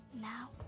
now